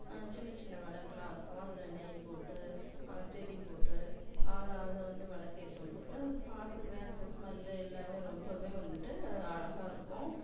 சின்னச்சின்ன விளக்குலாம் இருக்கும் அதில் நெய் போட்டு திரி போட்டு அதை அதை வந்து விளக்கேத்தும்போது அது பார்க்கவே அந்த ஸ்மெல்லு எல்லாமே ரொம்பவே வந்துவிட்டு அழகாக இருக்கும்